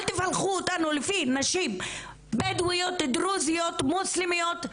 אל תפלחו אותנו לפי נשים בדואיות דרוזיות מוסלמיות,